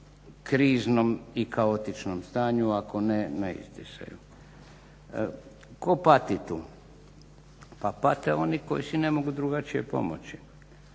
kriznom i kaotičnom stanju, ako ne na izdisaju. Tko pati tu? Pa pate oni koji si ne mogu drugačije pomoći.